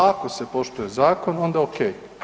Ako se poštuje zakon, onda okej.